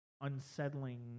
unsettling